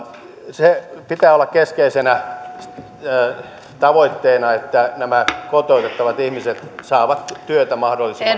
sen pitää olla keskeisenä tavoitteena että nämä kotoutettavat ihmiset saavat työtä mahdollisimman